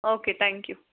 okay thank you